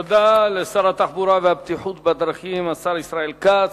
תודה לשר התחבורה והבטיחות בדרכים, השר ישראל כץ.